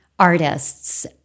artists